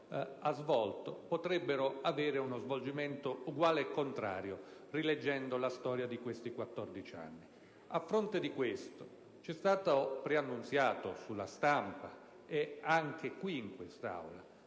ha ricordato potrebbero avere uno svolgimento uguale e contrario rileggendo la storia di questi 15 anni. A fronte di questo, ci è stata preannunziata sulla stampa e anche in quest'Aula